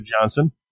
Johnson